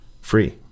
free